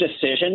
decision